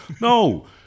No